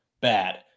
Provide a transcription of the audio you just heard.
bad